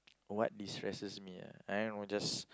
what destresses me ah I don't know just